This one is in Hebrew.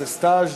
זה סטאז'?